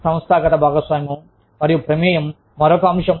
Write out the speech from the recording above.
సంస్థాగత భాగస్వామ్యం మరియు ప్రమేయం మరొక అంశం